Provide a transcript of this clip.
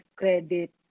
credit